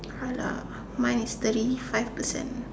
!alah! mine is thirty five percent